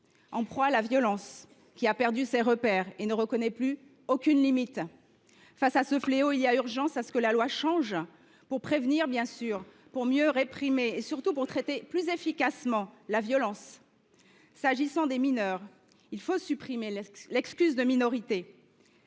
en proie à la violence, qui a perdu ses repères et ne connaît plus aucune limite. Face à ce fléau, il est urgent que la loi change pour prévenir, pour mieux réprimer et, surtout, pour traiter plus efficacement la violence. S’agissant des mineurs, il faut supprimer l’excuse de minorité,